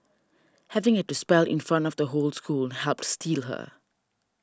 having had to spell in front of the whole school helped steel her